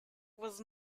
was